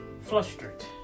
flustered